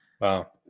Wow